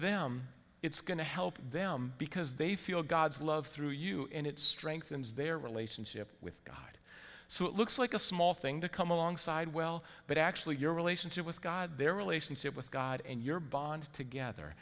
them it's going to help them because they feel god's love through you and it strengthens their relationship with god so it looks like a small thing to come alongside well but actually your relationship with god their relationship with god and your bond together